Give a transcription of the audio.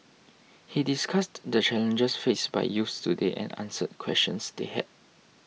he discussed the challenges faced by youths today and answered questions they had